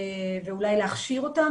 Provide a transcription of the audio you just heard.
ואולי להכשיר אותם.